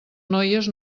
noies